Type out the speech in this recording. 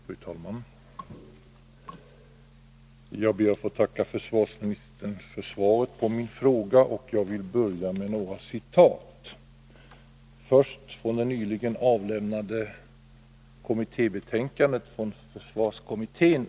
Fru talman! Jag ber att få tacka försvarsministern för svaret på min fråga. Jag vill börja med några citat. Det första är hämtat från det nyligen avlämnade betänkandet från försvarskommittén.